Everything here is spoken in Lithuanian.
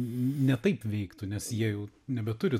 ne taip veiktų nes jie jau nebeturi